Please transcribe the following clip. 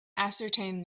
ascertain